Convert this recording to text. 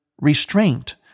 restraint